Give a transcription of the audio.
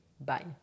Bye